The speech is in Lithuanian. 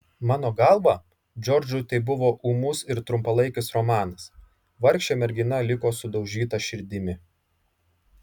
mano galva džordžui tai buvo ūmus ir trumpalaikis romanas vargšė mergina liko sudaužyta širdimi